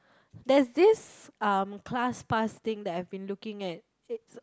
there this um class pass thing that I've been looking at